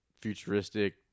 futuristic